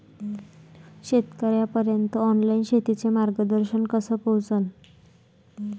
शेतकर्याइपर्यंत ऑनलाईन शेतीचं मार्गदर्शन कस पोहोचन?